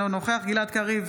אינו נוכח גלעד קריב,